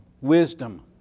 wisdom